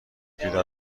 بیدار